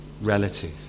relative